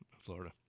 Florida